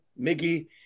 Miggy